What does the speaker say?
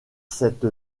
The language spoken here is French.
cette